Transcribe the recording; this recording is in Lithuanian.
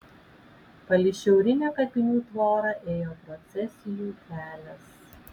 palei šiaurinę kapinių tvorą ėjo procesijų kelias